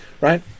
right